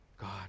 God